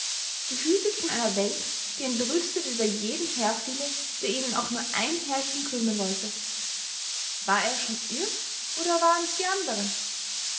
gehütet von einer welt die entrüstet über jeden herfiele der ihnen auch nur ein härchen krümmen wollte war er schon irr oder waren's die anderen